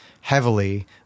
heavily